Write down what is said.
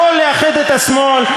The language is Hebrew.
יכול לאחד את השמאל,